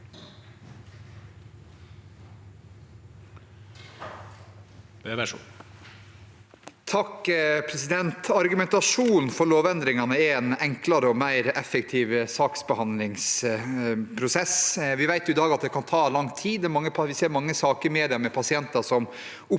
(H) Argumentasjo- nen for lovendringene er en enklere og mer effektiv saksbehandlingsprosess. Vi vet i dag at det kan ta lang tid, og vi ser mange saker i media med pasienter som opplever